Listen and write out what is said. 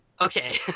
Okay